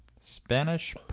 Spanish